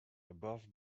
above